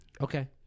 Okay